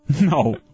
No